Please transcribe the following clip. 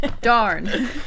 Darn